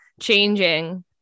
changing